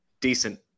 decent